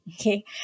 Okay